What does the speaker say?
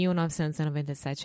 1.997